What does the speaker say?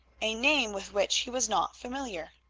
a name with which he was not familiar.